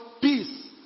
peace